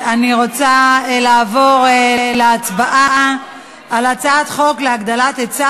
אני רוצה לעבור להצבעה על הצעת חוק להגדלת היצע